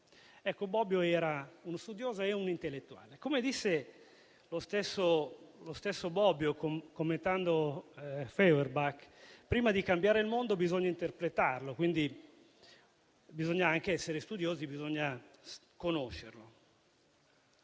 Ecco, Bobbio era uno studioso e un intellettuale. Come disse lo stesso Bobbio commentando Feuerbach: prima di cambiare il mondo, bisogna interpretarlo. Quindi bisogna anche essere studiosi e bisogna conoscerlo.